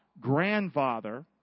Grandfather